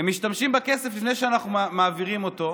הם משתמשים בכסף לפני שמעבירים אותו.